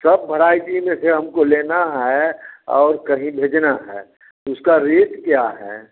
कब भराएगी जैसे हम को लेना है और कहीं भेजना है तो उसका रेट क्या है